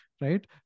right